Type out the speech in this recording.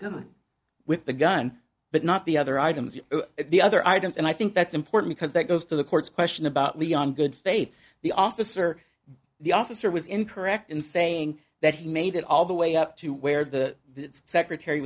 gun with the gun but not the other items the other items and i think that's important because that goes to the court's question about leon good faith the officer the officer was incorrect in saying that he made it all the way up to where the secretary